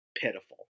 pitiful